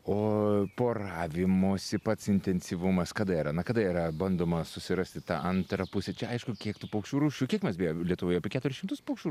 o poravimosi pats intensyvumas kada yra na kada yra bandoma susirasti tą antrą pusę čia aišku kiek tų paukščių rūšių kiek mes beje lietuvoje apie keturis šimtus paukščių